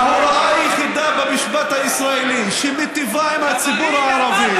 ההוראה היחידה במשפט הישראלי שמיטיבה עם הציבור הערבי,